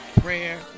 prayer